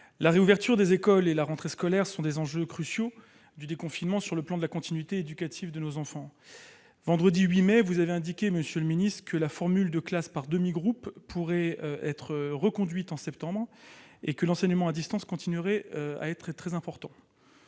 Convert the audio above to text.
La réouverture des écoles et la rentrée scolaire sont des enjeux cruciaux du déconfinement au regard de la continuité éducative pour nos enfants. Vendredi 8 mai, vous avez indiqué, monsieur le ministre, que la formule de classes par demi-groupes pourrait être reconduite en septembre et que l'enseignement à distance continuerait à jouer un rôle très important.